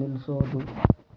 ನಿಲ್ಸೋದು